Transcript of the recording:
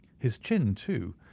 his chin, too,